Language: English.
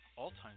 all-time